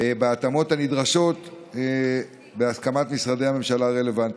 בהתאמות הנדרשות בהסכמת משרדי הממשלה הרלוונטיים.